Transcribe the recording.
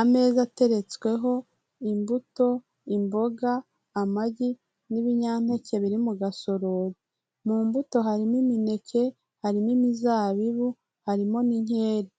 Ameza ateretsweho imbuto, imboga, amagi n'ibinyampeke biri mu gasorori. Mu mbuto harimo imineke, harimo imizabibu, harimo n'inkeri.